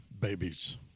babies